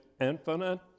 infinite